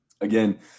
Again